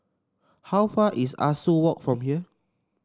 how far is Ah Soo Walk from here